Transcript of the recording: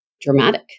dramatic